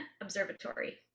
observatory